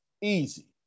Easy